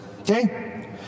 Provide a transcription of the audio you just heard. okay